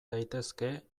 daitezke